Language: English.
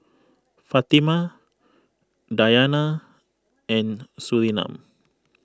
Fatimah Dayana and Surinam